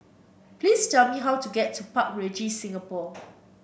please tell me how to get to Park Regis Singapore